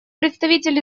представитель